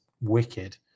wicked